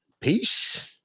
Peace